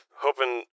hoping